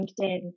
LinkedIn